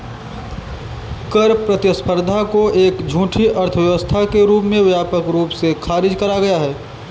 कर प्रतिस्पर्धा को एक झूठी अर्थव्यवस्था के रूप में व्यापक रूप से खारिज करा गया है